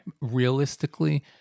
Realistically